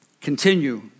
continue